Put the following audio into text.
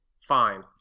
fine